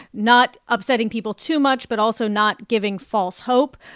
not upsetting people too much but also not giving false hope.